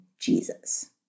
Jesus